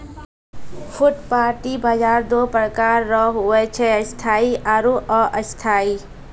फुटपाटी बाजार दो प्रकार रो हुवै छै स्थायी आरु अस्थायी